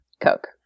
Coke